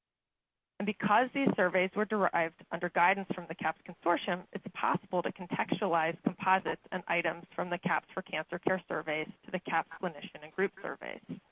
and because these surveys were derived under guidance from the cahps consortium, it's possible to contextualize composites and items from the cahps for cancer care surveys to the cahps clinician and groups surveys.